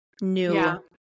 new